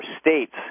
states